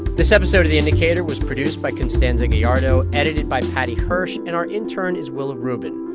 this episode of the indicator was produced by constanza gallardo, edited by paddy hirsch. and our intern is willa rubin.